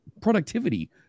productivity